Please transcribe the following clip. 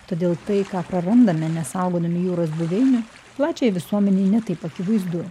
todėl tai ką prarandame nesaugodami jūros buveinių plačiajai visuomenei ne taip akivaizdu